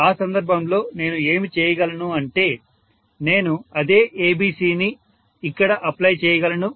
ఆ సందర్భంలో నేను ఏమి చేయగలను అంటే నేను అదే ABC ని ఇక్కడ అప్లై చేయగలను